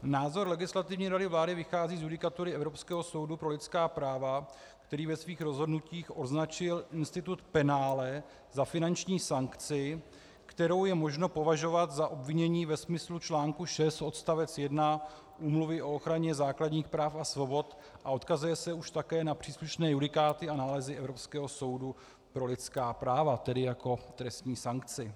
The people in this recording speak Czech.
Názor Legislativní rady vlády vychází z judikatury Evropského soudu pro lidská práva, který ve svých rozhodnutích označil institut penále za finanční sankci, kterou je možno považovat za obvinění ve smyslu článku 6 odst. 1 Úmluvy o ochraně základních práv a svobod, a odkazuje se už také na příslušné judikáty a nálezy Evropského soudu pro lidská práva, tedy jako trestní sankci.